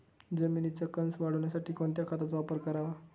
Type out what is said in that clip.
जमिनीचा कसं वाढवण्यासाठी कोणत्या खताचा वापर करावा?